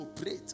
operate